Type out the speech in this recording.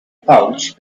pouch